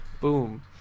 boom